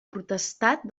potestat